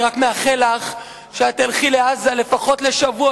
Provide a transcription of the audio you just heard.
אני רק מאחל לך שאת תלכי לעזה לפחות לשבוע